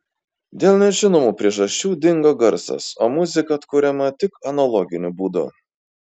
dėl nežinomų priežasčių dingo garsas o muzika atkuriama tik analoginiu būdu